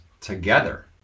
together